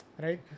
right